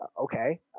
Okay